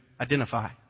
identify